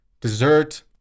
dessert